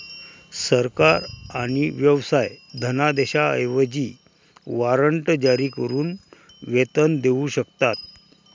सरकार आणि व्यवसाय धनादेशांऐवजी वॉरंट जारी करून वेतन देऊ शकतात